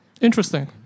Interesting